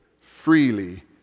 freely